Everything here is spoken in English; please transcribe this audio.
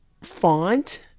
font